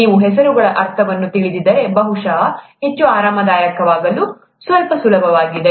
ನೀವು ಹೆಸರುಗಳ ಅರ್ಥವನ್ನು ತಿಳಿದಿದ್ದರೆ ಬಹುಶಃ ಹೆಚ್ಚು ಆರಾಮದಾಯಕವಾಗಲು ಸ್ವಲ್ಪ ಸುಲಭವಾಗಿದೆ